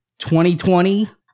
2020